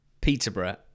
Peterborough